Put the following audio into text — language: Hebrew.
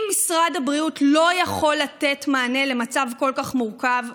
אם משרד הבריאות לא יכול לתת מענה למצב כל כך מורכב,